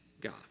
God